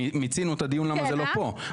מיצינו את הדיון למה זה לא פה.